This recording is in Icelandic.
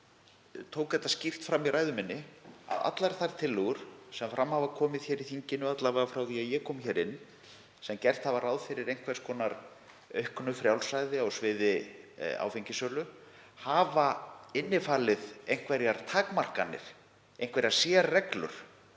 að ég tók það skýrt fram í ræðu minni að allar þær tillögur sem fram hafa komið hér í þinginu, alla vega frá því að ég kom hingað inn, þar sem gert var ráð fyrir einhvers konar auknu frjálsræði á sviði áfengissölu hafa innifalið einhverjar takmarkanir, einhverjar sérreglur